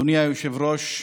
אדוני היושב-ראש,